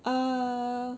uh